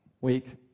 week